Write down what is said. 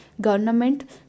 government